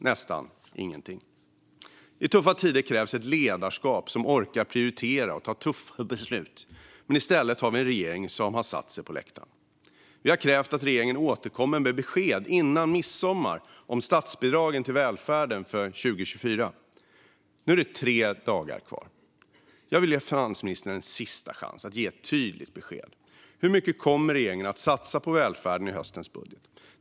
Nästan ingenting. I tuffa tider krävs ett ledarskap som orkar prioritera och ta tuffa beslut. I stället har vi en regering som har satt sig på läktaren. Vi har krävt att regeringen återkommer med besked innan midsommar om statsbidragen till välfärden för 2024. Nu är det tre dagar kvar, och jag vill ge finansministern en sista chans att ge ett tydligt besked. Hur mycket kommer regeringen att satsa på välfärden i höstens budget?